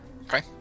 Okay